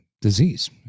disease